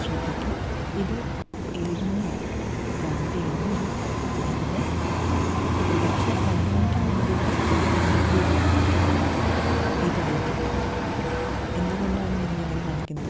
ശ്രദ്ധിക്കു ഇത് ഏഴുമണിയായി രാവിലെ ഏഴുമണിയായി രാവിലെ പുലർച്ച രണ്ടുമണിക്ക് വേണ്ടിയിട്ട് ബുക്ക് ചെയ്ത ക്യാബ് ആണ് ഇതുവരെ എത്തിയിട്ടില്ല എന്തുകൊണ്ട് ആണ് നിങ്ങൾ ഇങ്ങനെ കാണിക്കുന്നത്